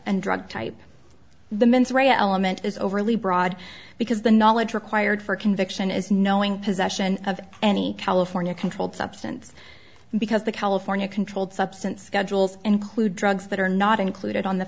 and drug type the mens rea element is overly broad because the knowledge required for conviction is knowing possession of any california controlled substance because the california controlled substance schedules include drugs that are not included on the